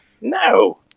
no